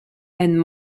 and